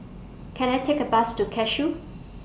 Can I Take A Bus to Cashew